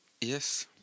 Yes